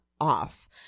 off